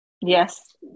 Yes